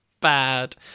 bad